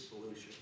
solution